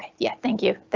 yeah thank you.